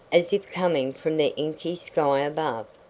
as if coming from the inky sky above.